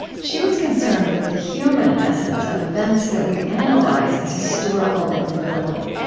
she was concerned with the human essence of events that we analyze as historical and political.